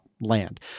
land